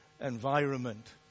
environment